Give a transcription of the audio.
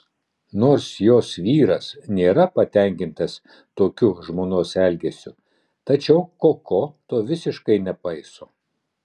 nors jos vyras nėra patenkintas tokiu žmonos elgesiu tačiau koko to visiškai nepaiso